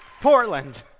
Portland